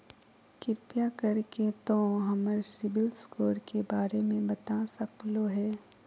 कृपया कर के तों हमर सिबिल स्कोर के बारे में बता सकलो हें?